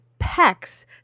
pecs